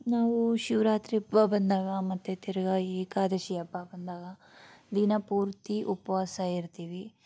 ನಾವು ಶಿವರಾತ್ರಿ ಹಬ್ಬ ಬಂದಾಗ ಮತ್ತು ತಿರ್ಗಿ ಏಕಾದಶಿ ಹಬ್ಬ ಬಂದಾಗ ದಿನಪೂರ್ತಿ ಉಪವಾಸ ಇರ್ತೀವಿ